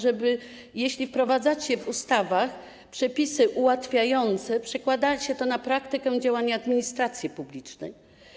Czy jeśli wprowadzacie w ustawach przepisy ułatwiające, przekładacie to na praktykę działania administracji publicznej?